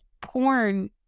porn